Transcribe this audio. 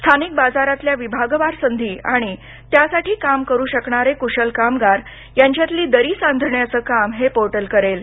स्थानिक बाजारातल्या विभागवार संधी आणि त्यासाठी काम करू शकणारे कुशल कामगार यांच्यातली दरी सांधण्याचं काम हे पोर्टल करेल